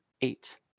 eight